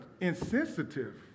insensitive